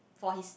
for his